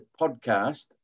podcast